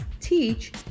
teach